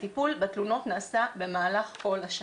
הטיפול בתלונות נעשה במהלך כל השנה.